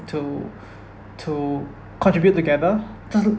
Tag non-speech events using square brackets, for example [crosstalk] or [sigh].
to [breath] to contribute together [noise]